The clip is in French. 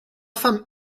femme